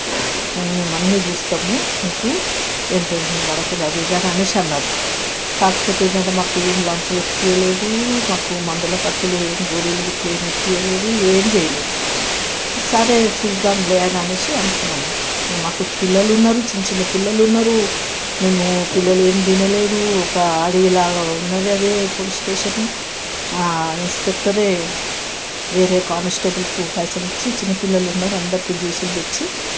మేము అన్నీ చూస్తాము మీకు ఏం టెన్షన్ పడకండి అది ఇది అని అనేసి అన్నారు కాకపోతే ఏంటి అంటే మాకు ఏం లంచ్ పెట్టి లేదు మాకు మందుల ఖర్చులు ఎట్లా గోళీలు ఏమి ఇప్పించలేదు ఏం చేయలేదు సరే చూద్దాంలే అనేసి అనుకున్నాము ఇంకా మాకు పిల్లలు ఉన్నారు చిన్న చిన్న పిల్లలు ఉన్నారు మేము పిల్లలు ఏం తినలేదు ఒక అడవి లాగా ఉన్నది అది పోలీస్ స్టేషన్ ఇన్స్పెక్టరే వేరే కానిస్టేబుల్కు పైసలు ఇచ్చి చిన్నపిల్లలు ఉన్నారు అందరికీ జ్యూసులు తెచ్చి